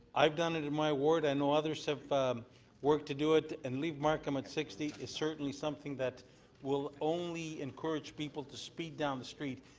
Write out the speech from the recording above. i've done it in my ward. i know others have worked to do it and leave markham at sixty is certainly something that will only encourage to speed down the street.